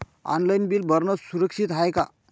Online bill भरनं सुरक्षित हाय का?